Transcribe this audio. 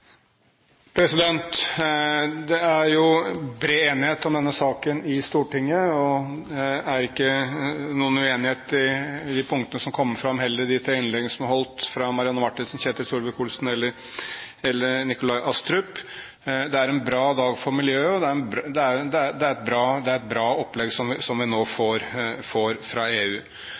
bred enighet om denne saken i Stortinget, og det var heller ikke noen uenighet i de punktene som kom fram i de tre innleggene som ble holdt av Marianne Marthinsen, Ketil Solvik-Olsen og Nikolai Astrup. Det er en bra dag for miljøet, og det er et bra opplegg som vi nå får fra EU. Jeg er også enig med Astrup i at EU på dette området er av avgjørende betydning. Jeg tror vi